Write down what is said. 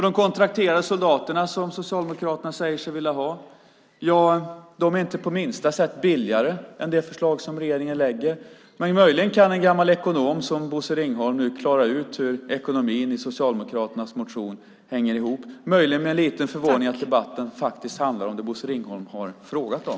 De kontrakterade soldaterna, som Socialdemokraterna säger sig vilja ha, blir inte på minsta sätt billigare än enligt det förslag som regeringen lägger fram. Möjligen kan en gammal ekonom som Bosse Ringholm klara ut hur ekonomin i Socialdemokraternas motion hänger ihop, möjligen med lite förvåning över att debatten faktiskt handlar om det Bosse Ringholm har frågat om.